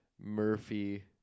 Murphy